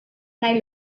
nahi